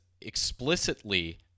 explicitly